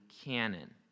canon